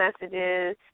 messages